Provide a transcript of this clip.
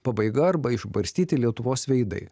pabaiga arba išbarstyti lietuvos veidai